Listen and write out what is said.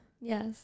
Yes